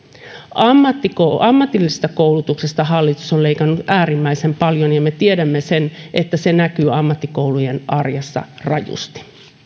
tietoa ammatillisesta koulutuksesta hallitus on leikannut äärimmäisen paljon ja me tiedämme sen että se näkyy ammattikoulujen arjessa rajusti